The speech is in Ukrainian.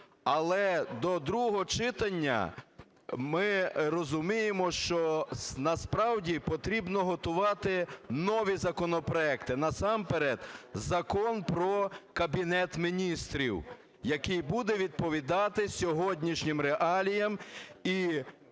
Але до другого читання ми розуміємо, що насправді потрібно готувати нові законопроекти, насамперед Закон про Кабінет Міністрів, який буде відповідати сьогоднішнім реаліям